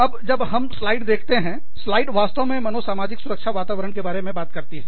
अब जब हम पट्टीका स्लाइड देखते हैं पट्टीका स्लाइड वास्तव में मनोसामाजिक सुरक्षा वातावरण के बारे में बात करती है